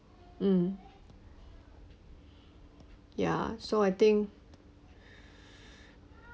mm ya so I think